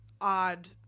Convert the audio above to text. odd